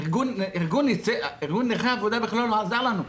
ארגון נכי העבודה בכלל לא עזר לנו בזה.